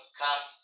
come